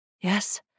yes